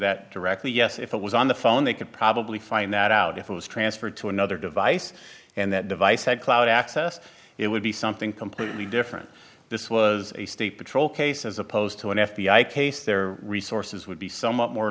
that directly yes if it was on the phone they could probably find that out if it was transferred to another device and that device that cloud access it would be something completely different this was a state patrol case as opposed to an f b i case their resources would be somewhat more